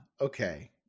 Okay